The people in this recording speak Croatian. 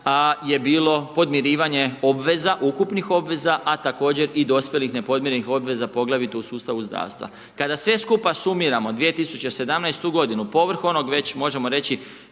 je bilo podmirivanje obveza, ukupnih obveza, a također i dospjelih nepodmirenih obveza, poglavito u sustavu zdravstva. Kada sve skupa sumiramo 2017. godinu, povrh onog već, možemo reći,